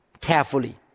carefully